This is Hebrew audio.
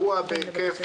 מדובר בהרבה יותר מזה.